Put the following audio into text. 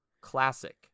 Classic